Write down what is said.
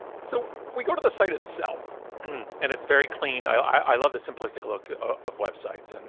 so we go to the site itself and it's very clean. i love the simplistic look of websites. and